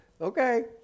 okay